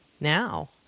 now